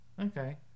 Okay